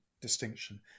distinction